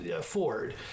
ford